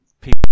people